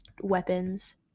weapons